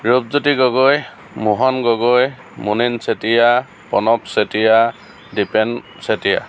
Rupjyoti Gogoi Mohan Gogoi Munin Chetia Pranab Chetia Dipen Chetia